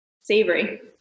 Savory